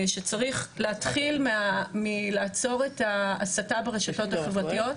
שצריך להתחיל מלעצור את ההסתה ברשתות החברתיות,